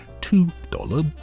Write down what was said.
two-dollar